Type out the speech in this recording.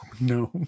No